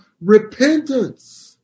repentance